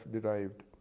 derived